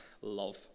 love